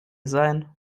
sein